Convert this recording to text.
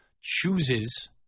chooses